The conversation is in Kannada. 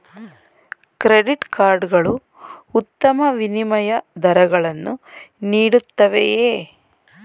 ಕ್ರೆಡಿಟ್ ಕಾರ್ಡ್ ಗಳು ಉತ್ತಮ ವಿನಿಮಯ ದರಗಳನ್ನು ನೀಡುತ್ತವೆಯೇ?